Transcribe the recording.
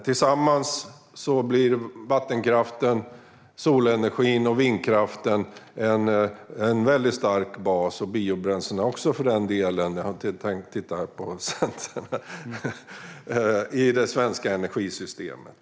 Tillsammans blir vattenkraften, solenergin och vindkraften en väldigt stark bas, och biobränslena också för den delen - jag tittar på Centern här - i det svenska energisystemet.